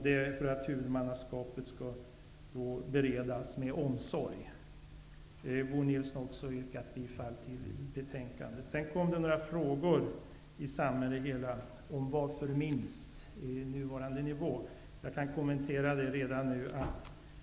Detta görs för att huvudmannaskapet skall beredas med omsorg. Bo Nilsson har också yrkat bifall till hemställan i betänkandet. Det ställdes några frågor om varför det skall vara minst nuvarande nivå. Jag kan kommentera det redan nu.